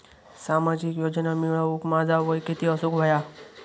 सामाजिक योजना मिळवूक माझा वय किती असूक व्हया?